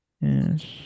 Yes